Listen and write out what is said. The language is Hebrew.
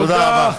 תודה רבה.